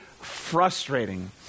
frustrating